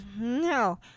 No